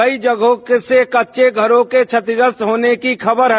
कई जगहों से कच्चे घरों के क्षतिग्रस्त होने की खबर है